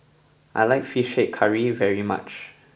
I like Fish Head Curry very much